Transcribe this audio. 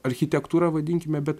architektūra vadinkime bet